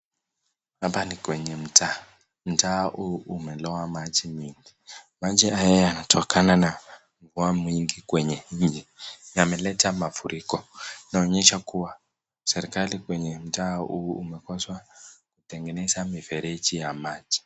Hapa ni kwenye mtaa. Mtaa huu umelowa maji mingi. Maji haya yanatokana na mvua mwingi kwenye mji, yameleta mafuriko. Inaonyesha kuwa serikali kwenye mtaa huu umekosa kutegeneza mifereji ya maji.